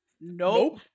Nope